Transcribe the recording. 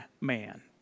man